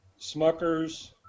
Smuckers